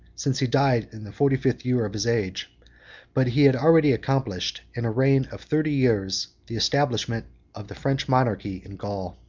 since he died in the forty-fifth year of his age but he had already accomplished, in a reign of thirty years, the establishment of the french monarchy in gaul.